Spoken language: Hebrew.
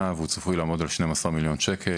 והוא צפוי לעמוד על 12 מיליון שקל.